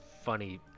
funny